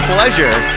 Pleasure